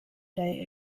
day